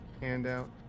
handout